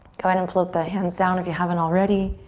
go ahead and flip the hands down if you haven't already.